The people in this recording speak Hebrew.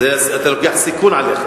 אתה לוקח עליך סיכון.